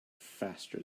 faster